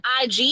IG